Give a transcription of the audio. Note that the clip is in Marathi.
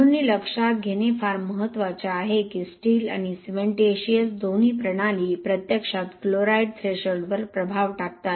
म्हणून हे लक्षात घेणे फार महत्वाचे आहे की स्टील आणि सिमेंटिशिअस दोन्ही प्रणाली प्रत्यक्षात क्लोराईड थ्रेशोल्डवर प्रभाव टाकतात